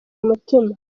mutima